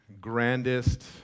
grandest